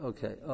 Okay